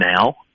now